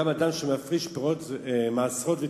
גם אדם שמפריש תרומות ומעשרות,